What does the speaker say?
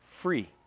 free